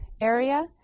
area